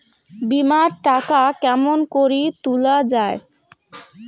বিমা এর টাকা কেমন করি তুলা য়ায়?